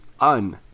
Un